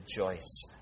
rejoice